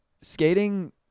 skating